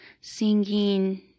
singing